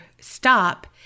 stop